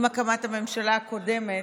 עם הקמת הממשלה הקודמת,